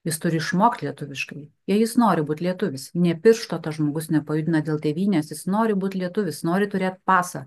jis turi išmokt lietuviškai jei jis nori būt lietuvis nė piršto tas žmogus nepajudino dėl tėvynės jis nori būt lietuvis nori turėt pasą